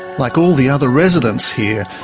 like all the other residents here,